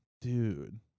Dude